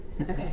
Okay